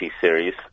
series